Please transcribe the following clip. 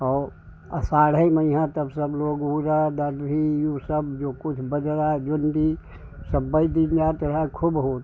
और आषाढ़ में ही यहाँ तब सब लोग उड़द ददुही वह सब जो कुछ बाजरा जोन्डी सब बो दिए जाते थे खूब होता था